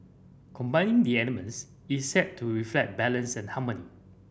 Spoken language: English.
combining the elements is said to reflect balance and harmony